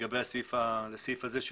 תודה על רשות הדיבור.